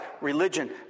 religion